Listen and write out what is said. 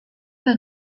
pas